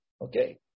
Okay